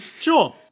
sure